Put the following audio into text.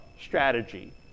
strategy